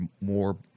more